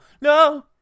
No